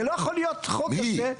זה לא יכול להיות חוק הזה.